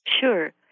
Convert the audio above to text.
Sure